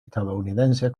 estadounidenses